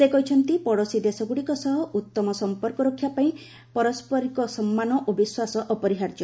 ସେ କହିଛନ୍ତି ପଡ଼ୋଶୀ ଦେଶଗୁଡ଼ିକ ସହ ଉତ୍ତମ ସମ୍ପର୍କରକ୍ଷା ପାଇଁ ପରସ୍କରିକ ସମ୍ମାନ ଓ ବିଶ୍ୱାସ ଅପରିହାର୍ଯ୍ୟ